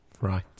Right